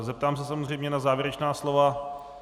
Zeptám se samozřejmě na závěrečná slova.